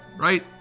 right